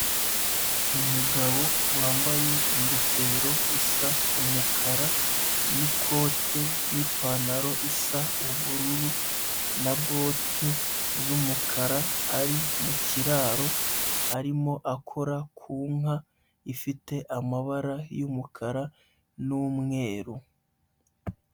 Umugabo wambaye ingofero isa umukara n'ikote n'ipantaro isa ubururu na bote z'umukara, ari mu kiraro arimo akora ku nka, ifite amabara y'umukara n'umweru.